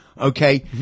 okay